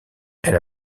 elle